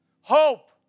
hope